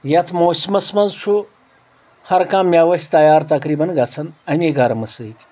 یتھ موسمس منٛز چھُ ہر کانٛہہ مٮ۪وٕ اسہِ تیار تقریٖبن گژھان امے گرمہٕ سۭتۍ